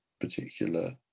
particular